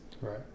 Right